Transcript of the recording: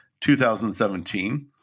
2017